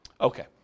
Okay